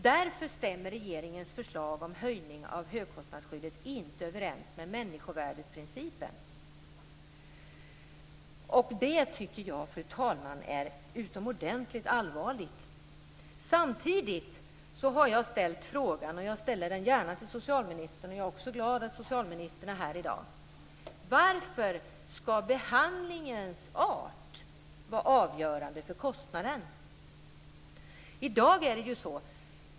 Därför stämmer regeringens förslag om höjning av högkostnadsskyddet inte överens med människovärdesprincipen. Fru talman! Jag tycker att det är utomordentligt allvarligt. Jag har tidigare ställt en fråga, och jag ställer den gärna till socialministern. Jag är också glad att socialministern är här i dag. Varför skall behandlingens art vara avgörande för kostnaden?